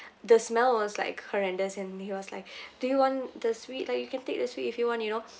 the smell was like horrendous and he was like do you want the sweet like you can take the sweet if you want you know